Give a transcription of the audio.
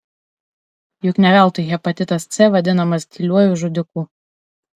juk ne veltui hepatitas c vadinamas tyliuoju žudiku